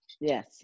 Yes